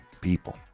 people